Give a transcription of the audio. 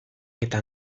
eta